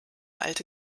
alte